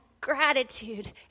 Gratitude